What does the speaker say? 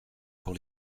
pour